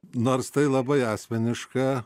nors tai labai asmeniška